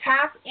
Tap